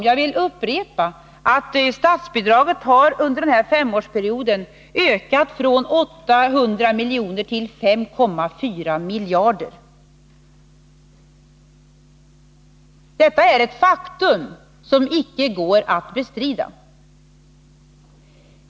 Jag vill upprepa att statsbidraget under denna femårsperiod har ökat från 800 miljoner till 5,4 miljarder. Detta är ett faktum — det går icke att bestrida.